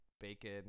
bacon